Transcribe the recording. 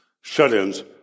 shut-ins